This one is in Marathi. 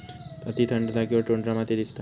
अती थंड जागेवर टुंड्रा माती दिसता